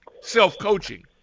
self-coaching